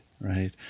right